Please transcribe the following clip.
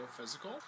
physical